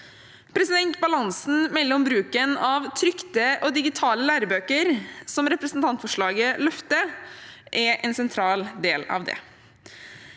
i skolen. Balansen mellom bruken av trykte og digitale lærebøker, som representantforslaget løfter fram, er en sentral del av det.